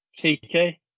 TK